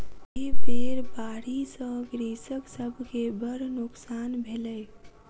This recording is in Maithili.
एहि बेर बाढ़ि सॅ कृषक सभ के बड़ नोकसान भेलै